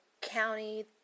county